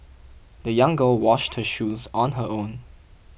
the young girl washed her shoes on her own